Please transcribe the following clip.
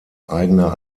eigener